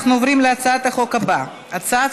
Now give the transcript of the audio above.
אנחנו עוברים להצעת החוק הבאה: הצעת